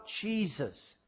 Jesus